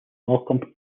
malcolm